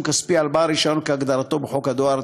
כספי על בעל רישיון כהגדרתו בחוק הדואר,